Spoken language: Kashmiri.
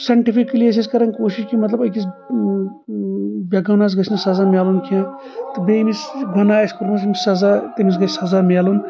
سٮ۪نٹِفکٔلی ٲسۍ أسۍ کران کوٗشش کہِ مطلب أکس بےٚ گۄنہس گٔژھنہٕ سزا میلُن کینٛہہ تہٕ بییٚہِ ییٚمِس گۄناہ آسہِ کوٚرمُت ییٚمِس سزا تٔمِس گژھہِ سزا میلُن